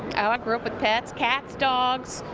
ah i grew up with petscats, dogs,